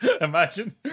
Imagine